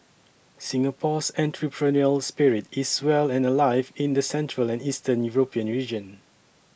Singapore's entrepreneurial spirit is well and alive in the central and Eastern European region